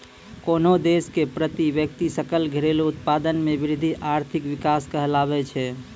कोन्हो देश के प्रति व्यक्ति सकल घरेलू उत्पाद मे वृद्धि आर्थिक विकास कहलाबै छै